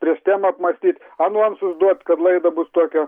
prieš temą apmąstyt anonsus duot kad laida bus tokia